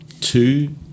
two